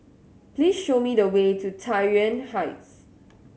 please show me the way to Tai Yuan Heights